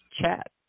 chat